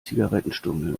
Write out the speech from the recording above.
zigarettenstummel